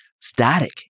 static